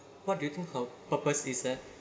what do you think her purpose is leh